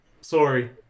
Sorry